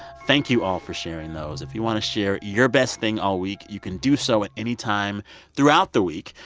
thank you all for sharing those. if you want to share your best thing all week, you can do so at any time throughout the week.